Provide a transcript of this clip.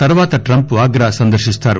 తరువాత ట్రంప్ ఆగ్రా సందర్పిస్తారు